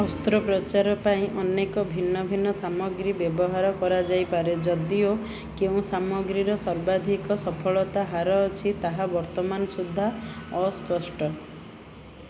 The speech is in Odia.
ଅସ୍ତ୍ରୋପଚାର ପାଇଁ ଅନେକ ଭିନ୍ନ ଭିନ୍ନ ସାମଗ୍ରୀ ବ୍ୟବହାର କରାଯାଇପାରେ ଯଦିଓ କେଉଁ ସାମଗ୍ରୀର ସର୍ବାଧିକ ସଫଳତା ହାର ଅଛି ତାହା ବର୍ତ୍ତମାନ ସୁଧା ଅସ୍ପଷ୍ଟ